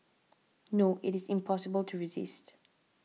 no it is impossible to resist